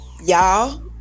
Y'all